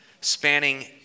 spanning